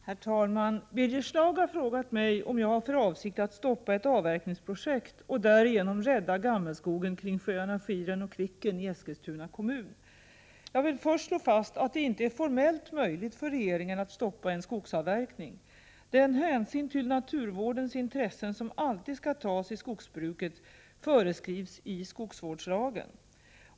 Herr talman! Birger Schlaug har frågat mig om jag har för avsikt att stoppa ett avverkningsprojekt och därigenom rädda gammelskogen kring sjöarna Skiren och Kvicken i Eskilstuna kommun. Jag vill först slå fast att det inte är formellt möjligt för regeringen att stoppa en skogsavverkning. Den hänsyn till naturvårdens intressen som alltid skall tas i skogsbruket föreskrivs i skogsvårdslagen.